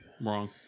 Wrong